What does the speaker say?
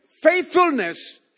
faithfulness